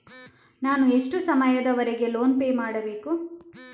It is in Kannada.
ನಾನು ಎಷ್ಟು ಸಮಯದವರೆಗೆ ಲೋನ್ ಪೇ ಮಾಡಬೇಕು?